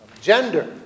Gender